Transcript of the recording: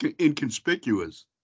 inconspicuous